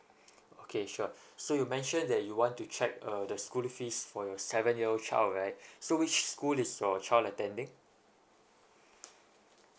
okay sure so you mentioned that you want to check uh the school fees for your seven year old child right so which school is your child attending